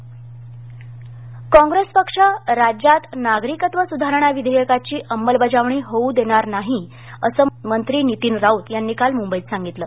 काँग्रेस काँप्रेस पक्ष राज्यात नागरिकत्व सुधारणा विधेयकाची अंमलबजावणी होऊ देणार नाही असं मंत्री नितीन राऊत यांनी काल मुंबईत सांगितलं